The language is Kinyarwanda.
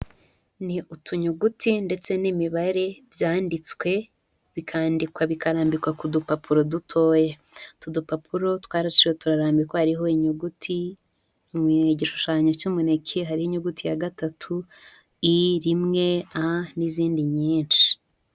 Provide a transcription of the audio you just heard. Ni utunyuguti ndetse n'imibare byanditswe bikandikwa bikarambikwa ku dupapuro dutoya. Utu dupapuro twaraciwe turarambikwa hariho inyuguti, mu gishushanyo cy'umuneke, hariho inyuguti ya gatatu, i, rimwe, a n'izindi nyinshi.